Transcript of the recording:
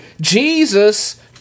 Jesus